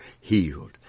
healed